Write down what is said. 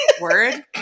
Word